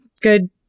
good